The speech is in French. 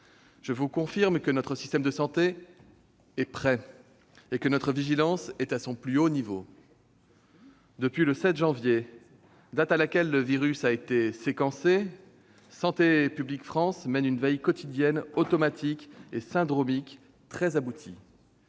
Je vous confirme que notre système de santé est prêt et que notre vigilance est à son plus haut niveau. Depuis le 7 janvier dernier, date à laquelle le virus a été séquencé, Santé publique France mène une veille quotidienne automatique et syndromique très aboutie.